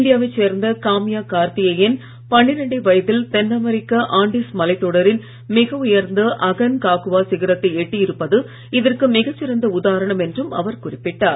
இந்தியாவை சேர்ந்த காம்யா கார்த்திகேயன் பனிரெண்டே வயதில் தென் அமெரிக்க ஆண்டீஸ் மலைத் தொடரின் மிக உயர்ந்த அகன்காகுவா சிகரத்தை எட்டியிருப்பது இதற்கு மிகச் சிறந்த உதாரணம் என்றும் அவர் குறிப்பிட்டார்